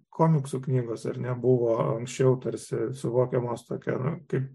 komiksų knygos ar ne buvo anksčiau tarsi suvokiamos tokia kaip